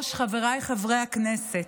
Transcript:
חברי הכנסת,